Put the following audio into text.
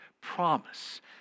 promise